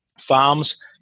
farms